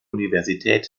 universität